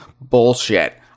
Bullshit